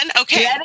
Okay